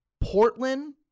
Portland